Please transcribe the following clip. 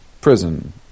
prison